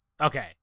okay